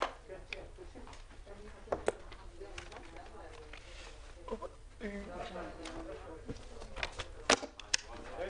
הישיבה ננעלה בשעה 14:20.